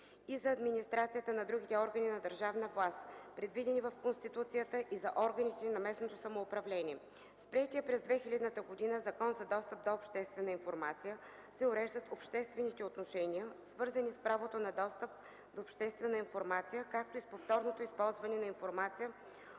и за администрацията на другите органи на държавна власт, предвидени в Конституцията, и за органите на местното самоуправление. С приетия през 2000 г. Закон за достъп до обществена информация се уреждат обществените отношения, свързани с правото на достъп до обществена информация, както и с повторното използване на информация